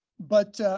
but